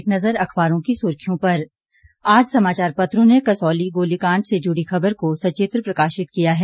एक नज़र अखबारों की सुर्खियों पर आज समाचार पत्रों ने कसौली गोलीकांड से जुड़ी खबर को सचित्र प्रकाशित किया है